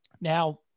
Now